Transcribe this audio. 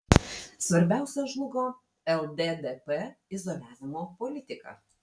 svarbiausia žlugo lddp izoliavimo politika